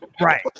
right